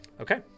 Okay